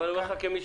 וגם אם כן,